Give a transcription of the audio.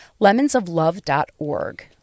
lemonsoflove.org